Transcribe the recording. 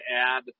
add